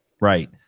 Right